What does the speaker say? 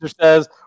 says